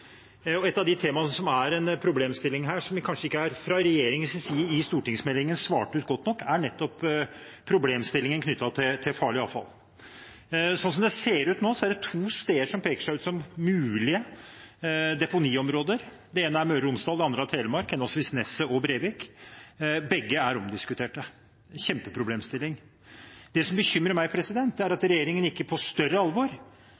avfall. Et av de temaene som er en problemstilling her, og som regjeringen kanskje ikke svarte godt nok på i stortingsmeldingen, er nettopp problemstillingen knyttet til farlig avfall. Som det ser ut nå, er det to steder som peker seg ut som mulige deponiområder. Det ene er i Møre og Romsdal, det andre i Telemark, henholdsvis Nesset og Brevik. Begge er omdiskutert – en kjempeproblemstilling. Det som bekymrer meg, er at regjeringen ikke med større alvor